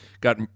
got